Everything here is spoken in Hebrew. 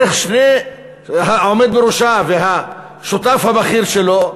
דרך העומד בראשה והשותף הבכיר שלו,